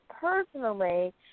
personally